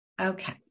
Okay